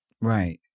Right